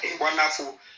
Wonderful